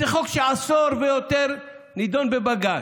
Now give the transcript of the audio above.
זה חוק שעשור ויותר נדון בבג"ץ,